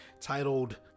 titled